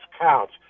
counts